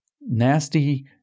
nasty